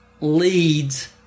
leads